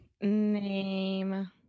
name